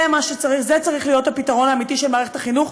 זה צריך להיות הפתרון האמיתי של מערכת החינוך.